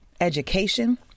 education